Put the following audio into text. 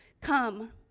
Come